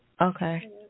Okay